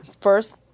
First